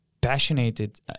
passionate